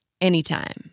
Anytime